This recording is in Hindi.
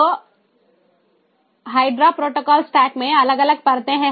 तो हाइड्रा प्रोटोकॉल स्टैक में अलग अलग परतें हैं